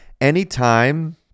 Anytime